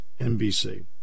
NBC